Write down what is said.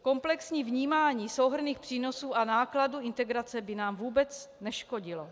Komplexní vnímání souhrnných přínosů a nákladů integrace by nám vůbec neškodilo.